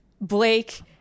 Blake